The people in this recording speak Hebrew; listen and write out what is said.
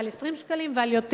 ועל 20 שקלים ועל יותר.